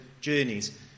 journeys